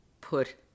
put